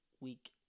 week